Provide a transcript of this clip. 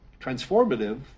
transformative